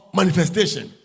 manifestation